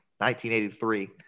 1983